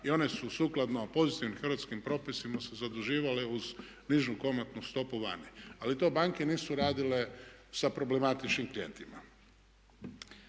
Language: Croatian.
i one su sukladno pozitivnim hrvatskim propisima se zaduživale uz nižu kamatnu stopu vani. Ali to banke nisu radile sa problematičnim klijentima.